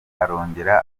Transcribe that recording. arongera